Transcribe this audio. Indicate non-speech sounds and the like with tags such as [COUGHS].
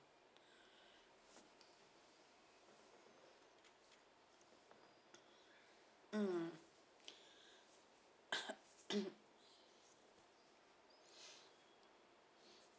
mm [COUGHS]